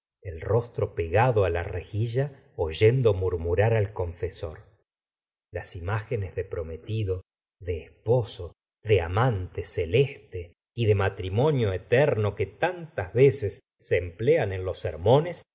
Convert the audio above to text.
el rostro pegado la rejilla oyendo murmurar al confesor las imágenes de prometido de esposo de amante celeste y de matrimonio eterno que tantas veces se emplean en los sermones